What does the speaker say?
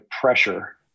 pressure